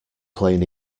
plain